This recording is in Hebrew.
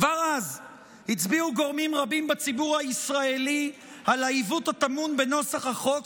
כבר אז הצביעו גורמים רבים בציבור הישראלי על העיוות הטמון בנוסח החוק